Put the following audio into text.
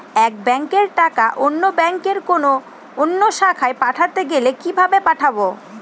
এক ব্যাংকের টাকা অন্য ব্যাংকের কোন অন্য শাখায় পাঠাতে গেলে কিভাবে পাঠাবো?